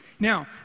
Now